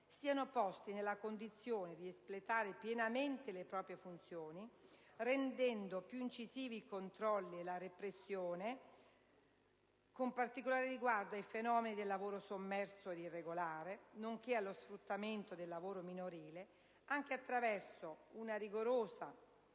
siano posti nella condizione di espletare pienamente le proprie funzioni, rendendo più incisivi i controlli e la repressione (con particolare riguardo ai fenomeni del lavoro sommerso ed irregolare, nonché dello sfruttamento del lavoro minorile), attraverso un'applicazione